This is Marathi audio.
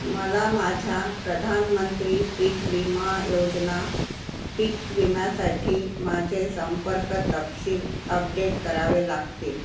मला माझ्या प्रधानमंत्री पीक विमा योजना पीक विम्यासाठी माझे संपर्क तपशील अपडेट करावे लागतील